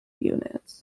units